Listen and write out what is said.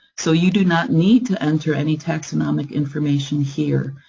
so you do not need to enter any taxonomic information here.